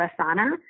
Asana